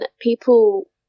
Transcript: people